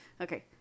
Okay